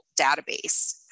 database